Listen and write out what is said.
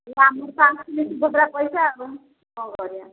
ହେଲେ ଆମକୁ ତ ଆସିନି ସୁଭଦ୍ରା ପଇସା ଆଉ କ'ଣ କରିବା